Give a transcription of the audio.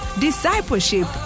discipleship